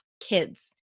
kids